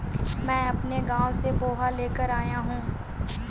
मैं अपने गांव से पोहा लेकर आया हूं